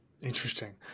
Interesting